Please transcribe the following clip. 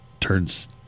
turns